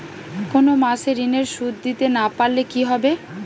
কোন মাস এ ঋণের সুধ দিতে না পারলে কি হবে?